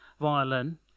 violin